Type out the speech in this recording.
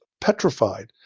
petrified